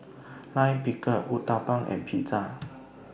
Lime Pickle Uthapam and Pizza